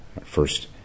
first